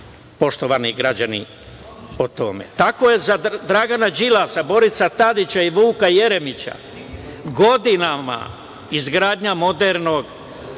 poštovani građani o tome. Tako je za Dragana Đilasa, Borisa Tadić i Vuka Jeremića godinama izgradnja modernog